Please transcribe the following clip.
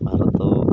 Bharat